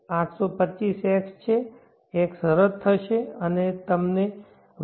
825x છે x રદ થશે અને રૂ